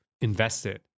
invested